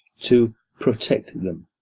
to protect them.